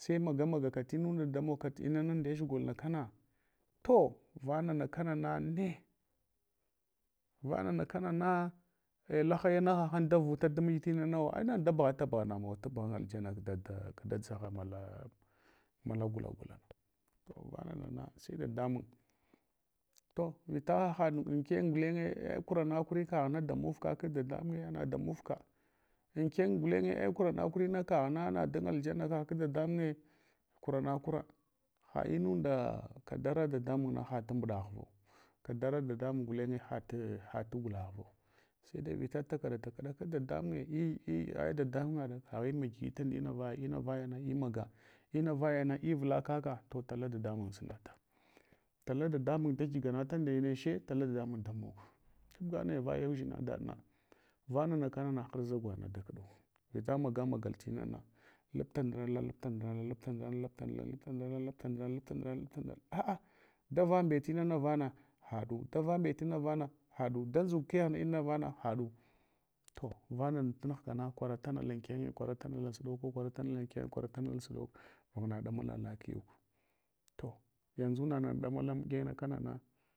Sainaya magaka tinunda damogka inann namdiyach golna kana. To vanana kana na ne vanana kanana, ei lahayana ha han davurta amuɗ tinanawa, ei da bughata bugha namawa tabughan alyana kadada kdadʒagha malagulagulana. To vana nana sai dadamun. To vita hahaɗ anken gudeny ei kurana kurika na da muvka kag dadamange ei na damuv ka. Anken gulenye ei kurana kurikaghna nadan aljananaka kog dadamunye, kunna kura hanunda kadara dadamuna hatamɗa vu. Kadara dadamun gulenye hatugularu sai dai vita takaɗa takaɗaka dadamnye ndina vayana inavoyana inaga, inunaya na ivala kaka, to tala dadamun sunata tala dadamun da kiganata ndeche, tula dadamun daog, kagba harza gwaɗna dakɗav, vita maga magal tinana, lupta ndinala, lapta ndinala, lapta ndanala, a’a davambet mana vana haɗu davambet inana vana nachu, da ndz’ukegh nana vana haachʊ koral tana ansuɗoko, koral funal anken koral tanal ansudok. Vaghna ɗamala la kiyuk. To yanʒu nana damala mogina kanana.